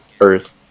earth